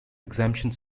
exemption